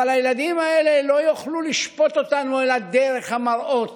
אבל הילדים האלה לא יוכלו לשפוט אותנו אלא דרך המראות